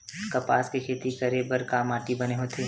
कपास के खेती करे बर का माटी बने होथे?